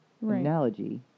analogy